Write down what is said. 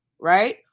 Right